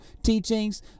teachings